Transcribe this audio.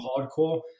hardcore